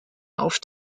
auf